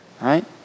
right